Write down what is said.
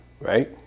right